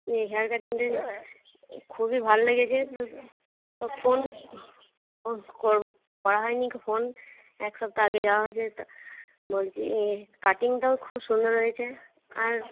এই হেয়ার কাটিংটা খুবই ভালো লেগেছে তা তা ফোন ওন করব করা হয়নি ফোন এক সপ্তাহ আগে যাওয়া হয়েছে তা বলছি কাটিংটাও খুব সুন্দর হয়েছে আর